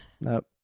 Nope